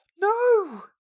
No